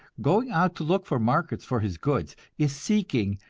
going out to look for markets for his goods, is seeking,